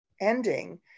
ending